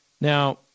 Now